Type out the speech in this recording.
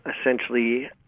essentially –